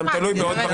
לא,